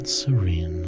Serene